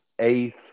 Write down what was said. eighth